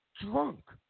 drunk